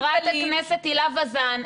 חברת הכנסת הילה וזאן,